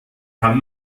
kann